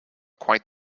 quite